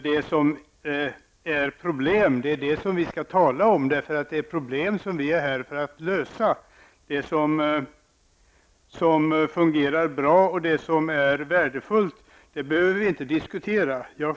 Det är dock problemen som vi skall tala om, för det är dem vi är här för att lösa. Det som fungerar bra och är värdefullt behöver vi inte diskutera.